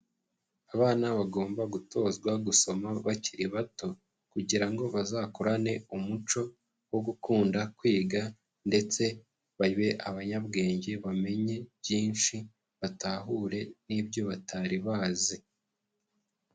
Abana bagomba gutozwa gusoma bakiri bato kugira ngo bazakurane umuco wo gukunda kwiga ndetse babe abanyabwenge bamenye byinshi batahure n'ibyo batari bazi.